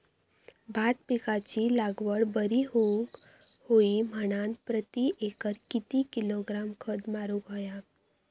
भात पिकाची लागवड बरी होऊक होई म्हणान प्रति एकर किती किलोग्रॅम खत मारुक होया?